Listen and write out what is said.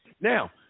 now